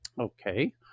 Okay